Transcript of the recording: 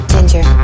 Ginger